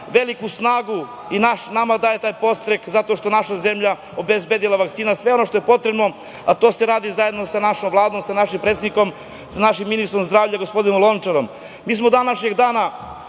veliku snagu i nama daje taj podstrek, zato što je naša zemlja obezbedila vakcine i sve ono što je potrebno, a to se radi zajedno sa našom Vladom, sa našim predsednikom, sa našim ministrom zdravlja, gospodinom Lončarom. Mi smo do današnjeg dana